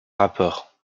rapport